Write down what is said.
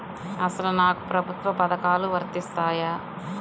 అసలు నాకు ప్రభుత్వ పథకాలు వర్తిస్తాయా?